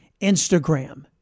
instagram